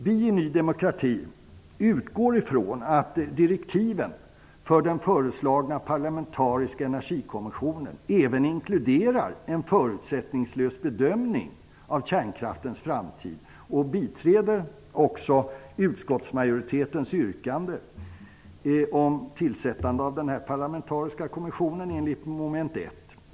Vi i Ny demokrati utgår från att direktiven för den föreslagna parlamentariska energikommissionen även inkluderar en förutsättningslös bedömning av kärnkraftens framtid. Vi biträder också utskottsmajoritetens yrkande om tillsättande av denna parlamentariska kommission enligt mom. 1.